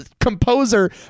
composer